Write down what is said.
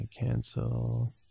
cancel